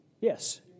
Yes